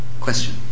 Question